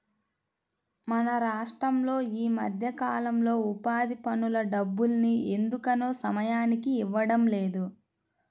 మన రాష్టంలో ఈ మధ్యకాలంలో ఉపాధి పనుల డబ్బుల్ని ఎందుకనో సమయానికి ఇవ్వడం లేదు